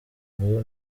vuba